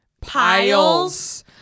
piles